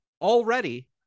already